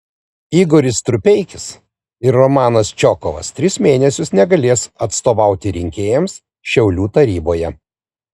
igoris strupeikis ir romanas čokovas tris mėnesius negalės atstovauti rinkėjams šiaulių taryboje